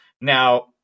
Now